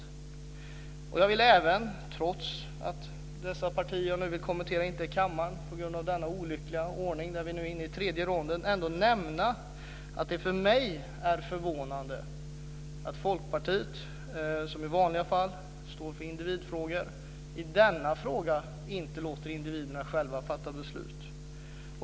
Trots att partirepresentanterna i fråga över huvud taget inte är närvarande i kammaren på grund av en olycklig ordning, där vi nu är inne på den tredje ronden, vill jag ändå nämna att det för mig är förvånande att Folkpartiet, som i vanliga fall står för individfrågor, i denna fråga inte låter individerna själva fatta beslut.